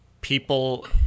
people